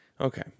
Okay